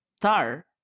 TAR